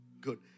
good